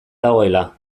dagoela